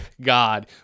God